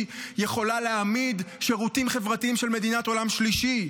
יכולה להעמיד שירותים חברתיים של מדינת עולם ראשון?